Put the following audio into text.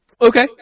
Okay